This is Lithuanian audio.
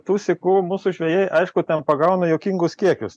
tų sykų mūsų žvejai aišku ten pagauna juokingus kiekius